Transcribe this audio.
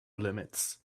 limits